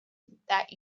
that